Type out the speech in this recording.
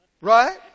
Right